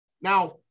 Now